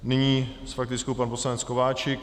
Nyní s faktickou pan poslanec Kováčik.